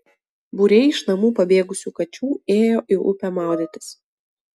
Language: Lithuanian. būriai iš namų pabėgusių kačių ėjo į upę maudytis